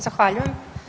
Zahvaljujem.